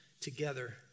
together